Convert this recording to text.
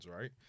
right